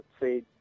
say